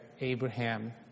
Abraham